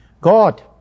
God